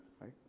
right